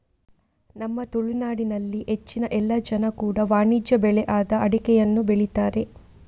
ನಮ್ಮ ತುಳುನಾಡಿನಲ್ಲಿ ಹೆಚ್ಚಿನ ಎಲ್ಲ ಜನ ಕೂಡಾ ವಾಣಿಜ್ಯ ಬೆಳೆ ಆದ ಅಡಿಕೆಯನ್ನ ಬೆಳೀತಾರೆ